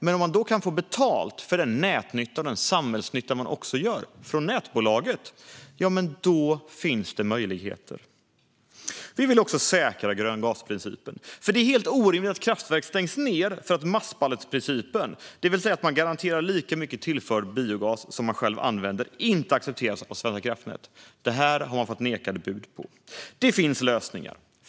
Men om man då kan få betalt från nätbolaget för den nätnytta och samhällsnytta man gör finns det möjligheter. Vi vill också säkra grön-gas-principen. Det är helt orimligt att kraftverk stängs ned för att massbalansprincipen, alltså att man garanterar lika mycket tillförd biogas som man själv använder, inte accepteras av Svenska kraftnät. Detta har man fått nekade bud på. Det finns lösningar.